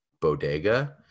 Bodega